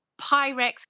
pyrex